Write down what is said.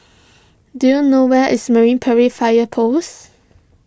do you know where is Marine Parade Fire Post